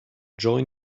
join